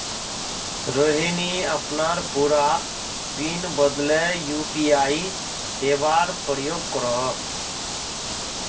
रोहिणी अपनार पूरा पिन बदले यू.पी.आई सेवार प्रयोग करोह